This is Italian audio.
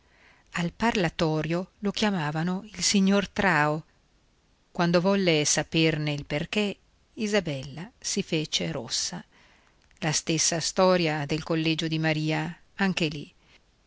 al parlatorio lo chiamavano il signor trao quando volle saperne il perché isabella si fece rossa la stessa storia del collegio di maria anche lì